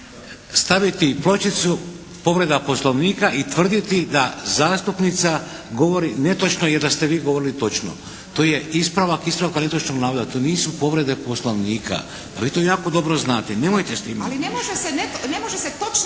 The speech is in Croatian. staviti pločicu povreda Poslovnika i tvrditi da zastupnica govori netočno, jer da ste vi govorili točno. To je ispravak ispravka netočnog navoda. To nisu povrede Poslovnika, pa vi to jako dobro znate i nemojte s tim…